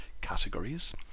categories